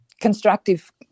constructive